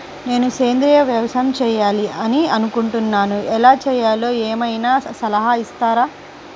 నేను సేంద్రియ వ్యవసాయం చేయాలి అని అనుకుంటున్నాను, ఎలా చేయాలో ఏమయినా సలహాలు ఇస్తారా?